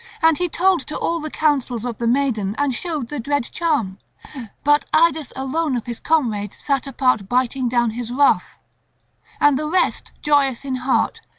and he told to all the counsels of the maiden and showed the dread charm but idas alone of his comrades sat apart biting down his wrath and the rest joyous in heart,